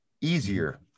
easier